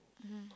mmhmm